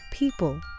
People